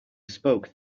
spoke